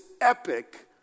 epic